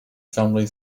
family